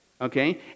Okay